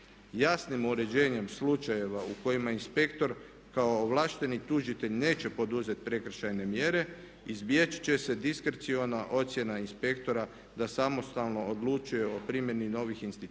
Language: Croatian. Jasnim uređenjem slučajeva u kojima inspektor kao ovlašteni tužitelj neće poduzeti prekršajne mjere izbjeći će se diskreciona ocjena inspektora da samostalno odlučuje o primjeni novih instituta,